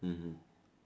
mmhmm